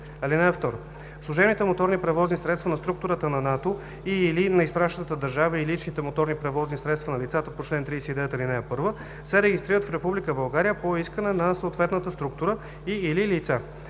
(2) Служебните моторни превозни средства на структурата на НАТО и/или на изпращащата държава и личните моторни превозни средства на лицата по чл. 39, ал. 1 се регистрират в Република България по искане на съответната структура и/или лица.